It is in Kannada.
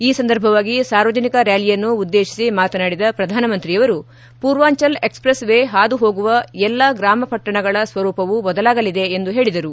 ಈ ಸಂದರ್ಭವಾಗಿ ಸಾರ್ವಜನಿಕ ರ್ನಾಲಿಯನ್ನು ಉದ್ದೇತಿಸಿ ಮಾತನಾಡಿದ ಪ್ರಧಾನಮಂತ್ರಿಯವರು ಪೂರ್ವಾಂಚಲ್ ಎಕ್ಸ್ಪ್ರೆಸ್ ವೇ ಹಾದು ಹೋಗುವ ಎಲ್ಲ ಗ್ರಾಮ ಪಟ್ಟಣಗಳ ಸ್ವರೂಪವು ಬದಲಾಗಲಿದೆ ಎಂದು ಹೇಳಿದರು